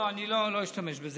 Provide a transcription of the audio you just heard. לא, אני לא אשתמש בזה.